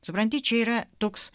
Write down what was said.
supranti čia yra toks